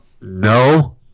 No